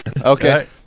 Okay